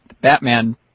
Batman